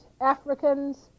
Africans